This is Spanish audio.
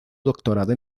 doctorado